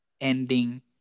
ending